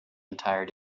entire